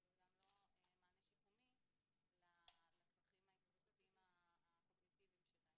גם לא מענה שיקומי לצרכים ההתפתחותיים הקוגניטיביים שלהם.